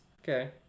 Okay